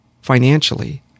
financially